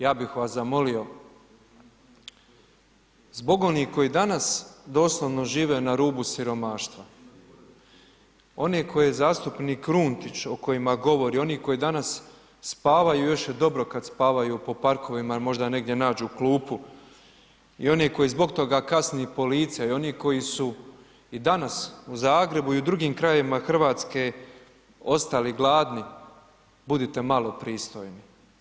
Ja bih vas zamolio, zbog onih koji danas doslovno žive na rubu siromaštva, one koje zastupnik Runtić o kojima govori, oni koji danas spavaju, još je dobro kad spavaju po parkovima jer možda negdje nađu klupu i oni koji zbog toga kazni i policija i oni koji su i danas u Zagrebu i u drugim krajevima Hrvatske ostali gladni, budite malo pristojni.